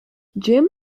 jim